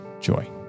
joy